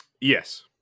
Yes